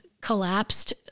collapsed